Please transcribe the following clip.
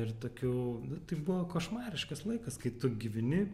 ir tokių nu tai buvo košmariškas laikas kai tu gyveni